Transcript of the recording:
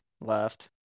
left